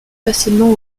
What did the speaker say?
facilement